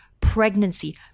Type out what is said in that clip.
pregnancy